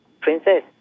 Princess